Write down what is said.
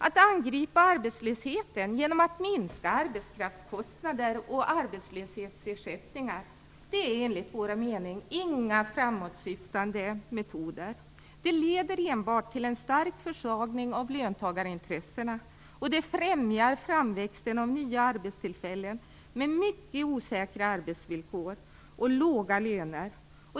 Att angripa arbetslösheten genom att minska arbetskraftskostnader och arbetslöshetsersättningar är enligt vår mening inga framåtsyftande metoder. Det leder enbart till en stark försvagning av löntagarintressena, och det främjar framväxten av nya arbetstillfällen med mycket osäkra arbetsvillkor och låga löner.